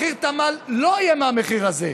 מחיר תמ"ל לא יהיה יותר מהמחיר הזה.